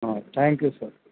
thank you sir